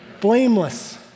blameless